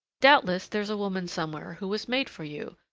doubtless there's a woman somewhere who was made for you,